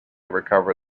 recover